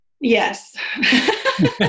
Yes